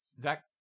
Zach